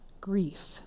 grief